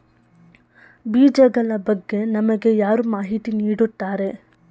ಬೀಜಗಳ ಬಗ್ಗೆ ನಮಗೆ ಯಾರು ಮಾಹಿತಿ ನೀಡುತ್ತಾರೆ?